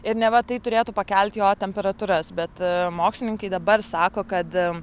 ir neva tai turėtų pakelti jo temperatūras bet mokslininkai dabar sako kad